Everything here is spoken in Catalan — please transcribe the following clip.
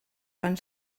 fan